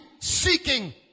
seeking